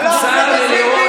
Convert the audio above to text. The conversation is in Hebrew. הלך נגד ביבי,